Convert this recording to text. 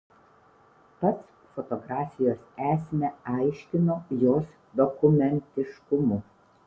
pats fotografijos esmę aiškino jos dokumentiškumu